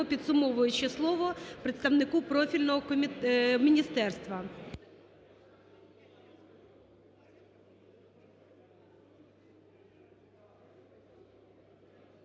підсумовуюче слово представнику профільного міністерства.